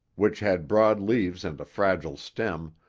which had broad leaves and a fragile stem,